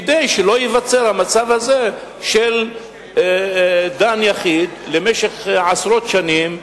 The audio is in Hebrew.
כדי שלא ייווצר המצב הזה של דן יחיד למשך עשרות שנים,